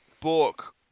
book